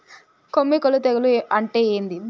కొమ్మి కుల్లు తెగులు అంటే ఏంది?